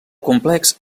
complex